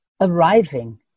arriving